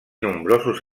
nombrosos